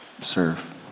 serve